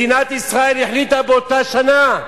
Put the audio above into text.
מדינת ישראל החליטה באותה שנה,